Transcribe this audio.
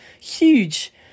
huge